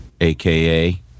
aka